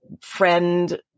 friend